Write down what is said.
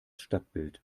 stadtbild